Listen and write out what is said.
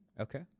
okay